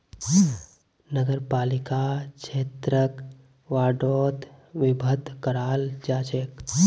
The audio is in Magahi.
नगरपालिका क्षेत्रक वार्डोत विभक्त कराल जा छेक